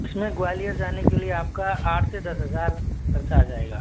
इसमें ग्वालियर जाने के लिए आपका आठ से दस हज़ार खर्चा आ जाएगा